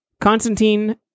Constantine